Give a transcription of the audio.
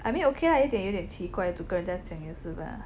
I mean okay lah 有一点有点奇怪 to 跟人家讲也是啦